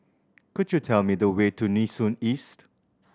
could you tell me the way to Nee Soon East